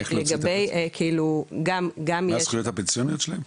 מה הזכויות הפנסיוניות שלהם?